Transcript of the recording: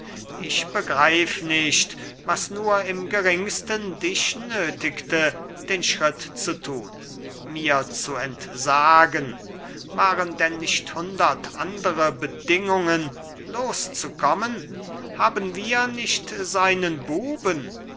ich begreif nicht was nur im geringsten dich nötigte den schritt zu tun mir zu entsagen waren denn nicht hundert andere bedingungen loszukommen haben wir nicht seinen buben